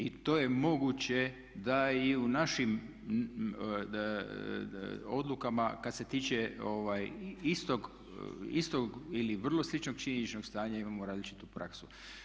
I to je moguće da i u našim odlukama kad se tiče istog ili vrlo sličnog činjeničnog stanja imamo različitu praksu.